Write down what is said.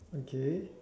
okay